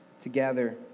together